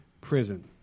prison